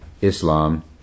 Islam